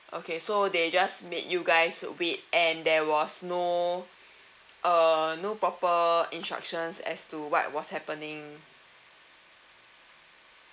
okay so they just made you guys wait and there was no uh no proper instructions as to what was happening